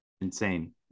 Insane